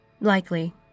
Likely